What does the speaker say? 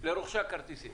לרוכשי הכרטיסים.